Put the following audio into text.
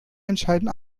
entscheiden